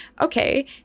okay